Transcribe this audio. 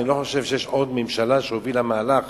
אני לא חושב שיש עוד ממשלה שהובילה מהלך